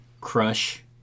crush